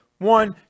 One